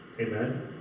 Amen